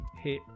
hit